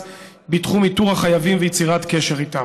בתחום איתור החייבים ויצירת קשר איתם.